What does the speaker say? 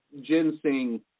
ginseng